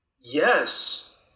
Yes